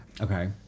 Okay